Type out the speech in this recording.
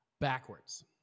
backwards